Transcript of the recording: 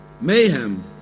mayhem